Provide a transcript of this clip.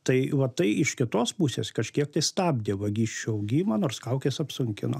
tai va tai iš kitos pusės kažkiek tai stabdė vagysčių augimą nors kaukės apsunkino